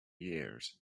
years